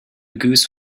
goose